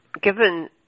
given